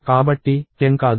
కాబట్టి 10 కాదు